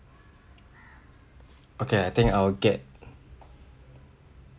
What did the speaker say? okay I think I'll get